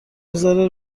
میذاره